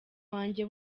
wanjye